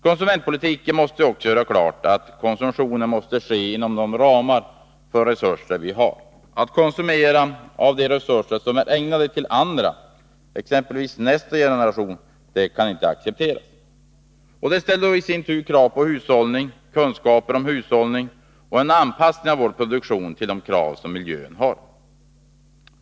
Konsumentpolitiken måste göra klart att konsumtionen måste ske inom ramen för de resurser vi har. Att konsumera av de resurser som är ägnade till andra,t.ex. nästa generation, kan inte få accepteras. Det ställer i sin tur krav på hushållning och en anpassning av vår produktion till miljöns krav.